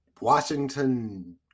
Washington